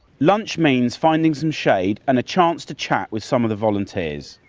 lunch means finding some shade and the chance to chat with some of the volunteers.